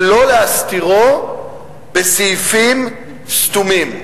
ולא להסתירו בסעיפים סתומים.